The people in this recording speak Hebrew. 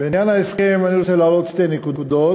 בעניין ההסכם, אני רוצה להעלות שתי נקודות.